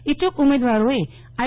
ઈચ્છૂક ઉમેદવારોએ આઈ